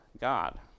God